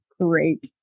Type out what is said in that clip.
great